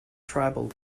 tribal